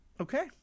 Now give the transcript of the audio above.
okay